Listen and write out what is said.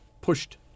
pushed